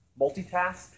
multitask